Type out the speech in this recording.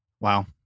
Wow